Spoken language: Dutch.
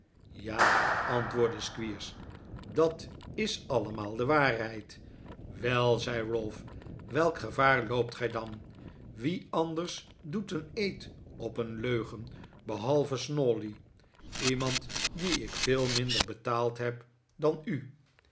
ja antwoordde squeers dat is allemaal de waarheid wel zei ralph welk gevaar loopt gij dan wie anders doet een eed op een leugen behalve snawley iemand dien ik veel minder betaald heb dan u